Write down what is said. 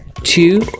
two